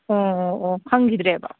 ꯑꯣ ꯑꯣ ꯑꯣ ꯈꯪꯈꯤꯗ꯭ꯔꯦꯕ